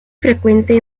frecuente